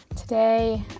Today